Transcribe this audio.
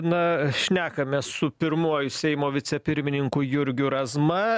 na šnekamės su pirmuoju seimo vicepirmininku jurgiu razma